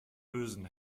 bösen